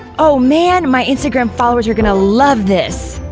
oh man, my instagram followers are gonna love this.